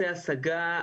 ההשגה,